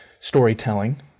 Storytelling